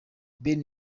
ben